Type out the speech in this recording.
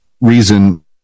reason